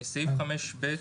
סעיף 5ב,